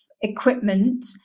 equipment